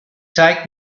zeigt